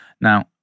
Now